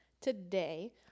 Today